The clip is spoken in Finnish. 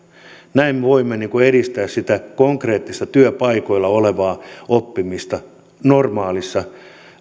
näin voimme edistää sitä konkreettista työpaikoilla olevaa oppimista normaaleissa